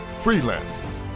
freelancers